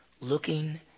looking